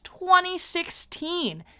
2016